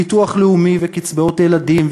ביטוח לאומי וקצבאות ילדים,